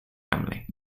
family